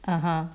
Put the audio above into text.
(uh huh)